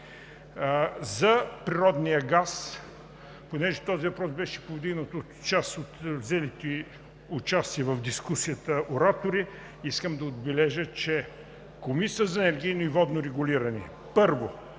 За природния газ, понеже този въпрос беше повдигнат от част от взелите участие в дискусията оратори, искам да отбележа, че Комисията за енергийно и водно регулиране – първо,